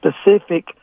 specific